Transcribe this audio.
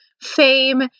fame